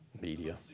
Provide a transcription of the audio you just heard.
Media